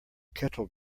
kettle